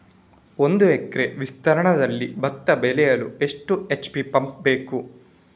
ಒಂದುಎಕರೆ ವಿಸ್ತೀರ್ಣದಲ್ಲಿ ಭತ್ತ ಬೆಳೆಯಲು ಎಷ್ಟು ಎಚ್.ಪಿ ಪಂಪ್ ಬೇಕು?